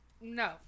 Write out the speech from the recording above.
no